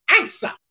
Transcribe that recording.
answer